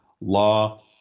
law